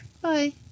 Bye